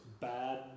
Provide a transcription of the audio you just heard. Bad